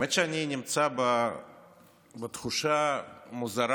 האמת היא שאני נמצא בתחושה מוזרה.